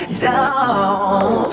down